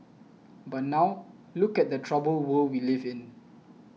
but now look at the troubled world we live in